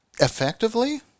effectively